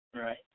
Right